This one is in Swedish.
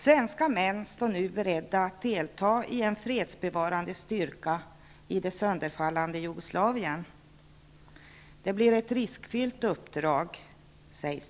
Svenska män står nu beredda att delta i en fredsbevarande styrka i det sönderfallande Jugoslavien. Det sägs att det är ett riskfyllt uppdrag.